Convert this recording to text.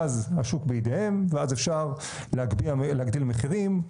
ואז השוק בידיהם ואפשר להגדיל מחירים.